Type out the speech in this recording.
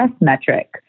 metric